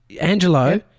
Angelo